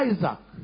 Isaac